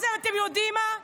אז אתם יודעים מה?